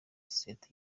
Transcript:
sosiyete